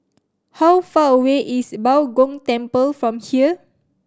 how far away is Bao Gong Temple from here